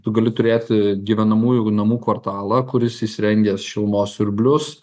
tu gali turėti gyvenamųjų namų kvartalą kuris įsirengęs šilumos siurblius